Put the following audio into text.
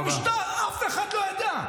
נפל משטר, אף אחד לא ידע.